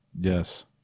Yes